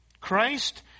Christ